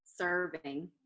serving